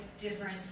different